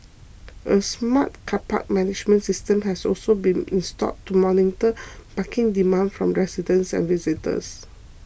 a smart car park management system has also been installed to monitor parking demand from residents and visitors